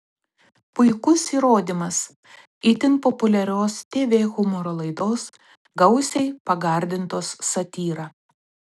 puikus įrodymas itin populiarios tv humoro laidos gausiai pagardintos satyra